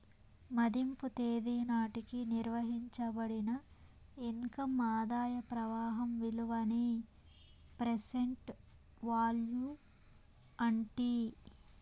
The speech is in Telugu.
మదింపు తేదీ నాటికి నిర్వయించబడిన ఇన్కమ్ ఆదాయ ప్రవాహం విలువనే ప్రెసెంట్ వాల్యూ అంటీ